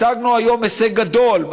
השגנו היום הישג גדול,